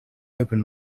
open